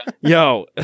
Yo